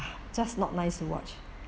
just not nice to watch